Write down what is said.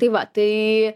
tai va tai